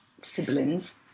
siblings